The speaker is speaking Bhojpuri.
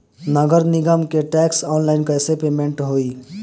नगर निगम के टैक्स ऑनलाइन कईसे पेमेंट होई?